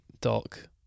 doc